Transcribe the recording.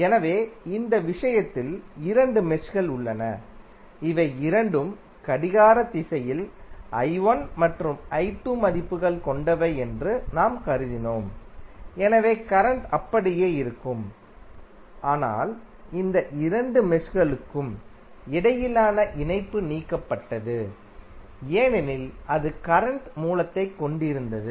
எனவே இந்த விஷயத்தில் இரண்டு மெஷ்கள் உள்ளன இவை இரண்டும் கடிகார திசையில் மற்றும் மதிப்புகள் கொண்டவை என்று நாம் கருதினோம் எனவே கரண்ட் அப்படியே இருக்கும் ஆனால் இந்த இரண்டு மெஷ்களுக்கும் இடையிலான இணைப்பு நீக்கப்பட்டது ஏனெனில் அது கரண்ட் மூலத்தைக் கொண்டிருந்தது